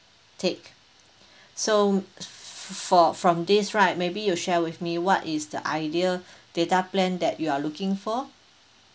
take so for from this right maybe you share with me what is the ideal data plan that you are looking for